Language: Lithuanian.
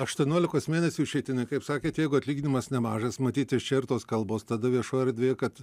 aštuoniolikos mėnesių išeitinė kaip sakėt jeigu atlyginimas nemažas matyt iš čia ir tos kalbos tada viešoje erdvėje kad